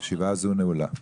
הישיבה נעולה.